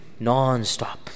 nonstop